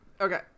Okay